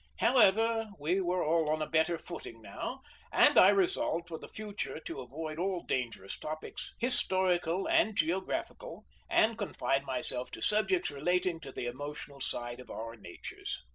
however, we were all on a better footing now and i resolved for the future to avoid all dangerous topics, historical and geographical, and confine myself to subjects relating to the emotional side of our natures.